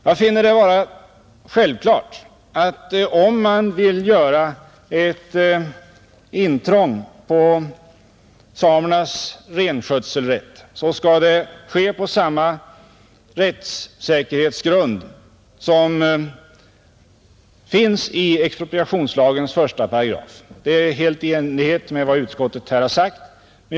Jag finner det vara självklart att om man vill göra intrång i samernas renskötselrätt skall det ske på samma rättssäkerhetsgrund som finns i expropriationslagens 1 §. Detta är helt i enlighet med vad utskottet har framhållit.